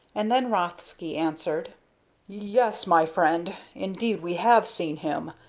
and then rothsky answered yes, my friend, indeed we have seen him,